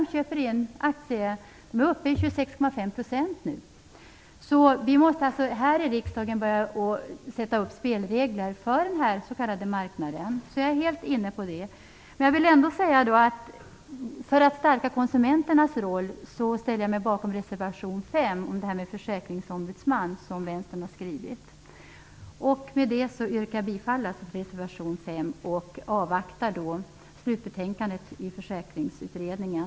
De köper in aktier och är nu uppe i 26,5 %. Riksdagen måste börja sätta upp spelregler för den här s.k. marknaden. Jag är helt inne på det. Men för att stärka konsumenternas roll ställer jag mig bakom Jag yrkar bifall till reservation 5 och i övrigt på utskottets förslag, medan vi avvaktar slutbetänkandet från Försäkringsutredningen.